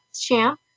Champ